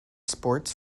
sports